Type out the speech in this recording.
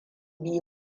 biyu